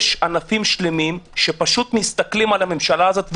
יש ענפים שלמים שפשוט מסתכלים על הממשלה הזאת,